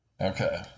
Okay